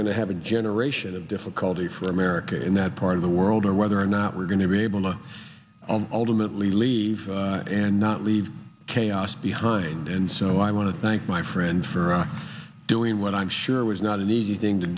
going to have a generation of difficulty for america in that part of the world or whether or not we're going to be able to ultimately leave and not leave chaos behind and so i want to thank my friend for doing what i'm sure was not an easy thing to